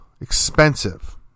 expensive